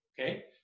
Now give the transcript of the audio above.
okay